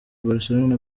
barcelona